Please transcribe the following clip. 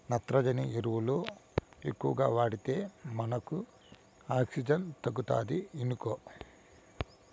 నత్రజని ఎరువులు ఎక్కువగా వాడితే మనకు ఆక్సిజన్ తగ్గుతాది ఇనుకో